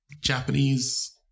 Japanese